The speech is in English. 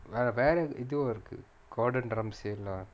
வேற எதோ இருக்கு:vera etho irukku gordon ramsey lah